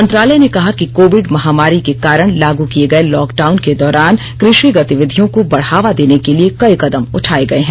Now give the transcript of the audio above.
मंत्रालय ने कहा कि कोविड महामारी के कारण लागू किए गए लॉकडाउन के दौरान ्कृषि गतिविधियों को बढ़ावा देने के लिए कई कदम उठाए गए हैं